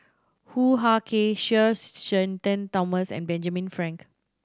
Hoo Ah Kay Sir Shenton Thomas and Benjamin Frank